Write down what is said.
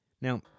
Now